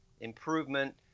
improvement